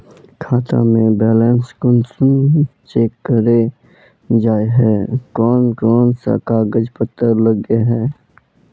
खाता में बैलेंस कुंसम चेक करे जाय है कोन कोन सा कागज पत्र लगे है?